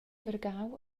vargau